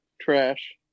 Trash